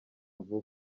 vuba